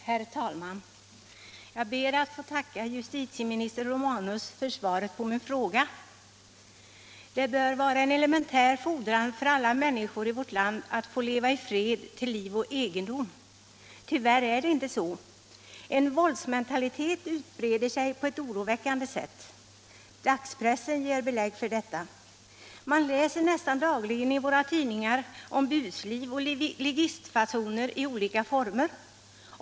Herr talman! Jag ber att få tacka justitieminister Romanus för svaret på min fråga. Det bör kunna vara en elementär fordran av alla människor i vårt land att få leva i fred och känna trygghet till liv och egendom. Tyvärr är det inte så. En våldsmentalitet utbreder sig på ett oroväckande sätt. Dagspressen ger belägg för detta. Man läser nästan dagligen i våra tidningar om busliv och ligistfasoner i olika former.